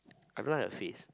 I don't like her face